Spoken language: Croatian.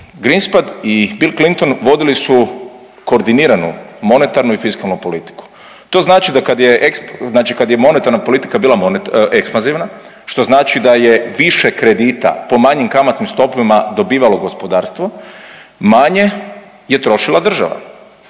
Green spade i Bill Clinton vodili su koordiniranu monetarnu i fiskalnu politiku. To znači da kada je monetarna politika bila ekspanzivna što znači da je više kredita po manjim kamatnim stopama dobivalo gospodarstvo, manje je trošila država.